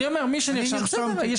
מי שנרשם מדבר.